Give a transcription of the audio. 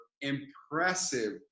impressive